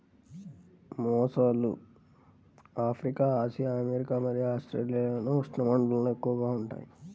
మొసళ్ళు Africa, Asia, America మరియు ఆస్ట్రేలియాలోని ఉష్ణమండలాల్లో ఎక్కువగా ఉంటాయి